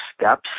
steps